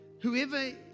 Whoever